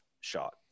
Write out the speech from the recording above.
shot